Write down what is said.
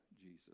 Jesus